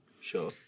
Sure